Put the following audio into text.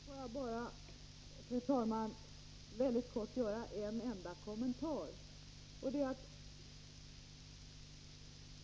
Fru talman! Får jag bara mycket kort göra en enda kommentar.